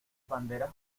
banderas